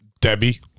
Debbie